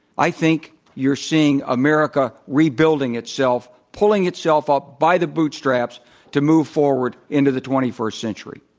i think you're seeing america rebuilding itself, pulling itself up by the bootstraps to move forward into the twenty first century.